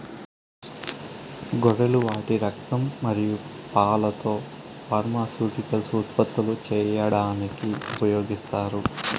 గొర్రెలు వాటి రక్తం మరియు పాలతో ఫార్మాస్యూటికల్స్ ఉత్పత్తులు చేయడానికి ఉపయోగిస్తారు